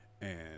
and-